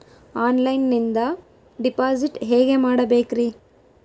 ಆನ್ಲೈನಿಂದ ಡಿಪಾಸಿಟ್ ಹೇಗೆ ಮಾಡಬೇಕ್ರಿ?